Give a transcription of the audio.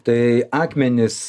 tai akmenys